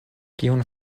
kiun